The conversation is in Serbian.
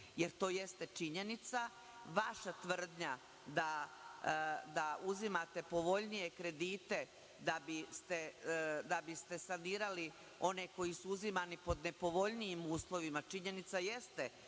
jer to jeste činjenica. Vaša tvrdnja da uzimate povoljnije kredite da biste saldirali one koji su uzimani pod nepovoljnijim uslovima, činjenica jeste